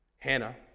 Hannah